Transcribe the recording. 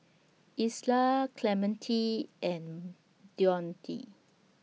Isla Clemente and Dionte